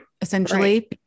essentially